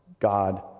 God